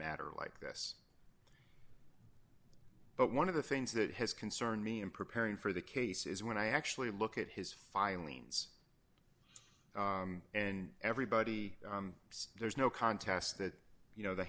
matter like this but one of the things that has concerned me in preparing for the case is when i actually look at his final eans and everybody says there's no contest that you know the